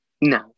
No